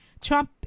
Trump